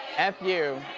f you.